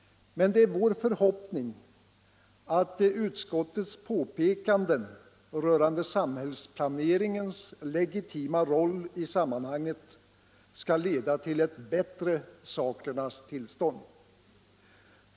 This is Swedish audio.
Men det är vår förhoppning att utskottets påpekanden rörande samhällsplaneringens legitima roll i sammanhanget skall leda till ett bättre sakernas tillstånd.